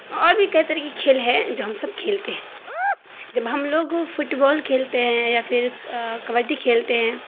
اور بھی کئی طریقے کے کھیل ہیں جو ہم سب کھیلتے ہیں جب ہم لوگ فٹبال کھیلتے ہیں یا پھر کبڈی کھیلتے ہیں